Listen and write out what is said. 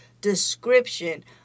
description